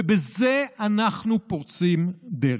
ובזה אנחנו פורצים דרך.